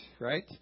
Right